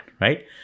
right